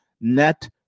net